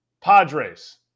Padres